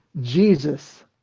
Jesus